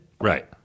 Right